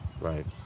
Right